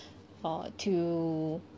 for to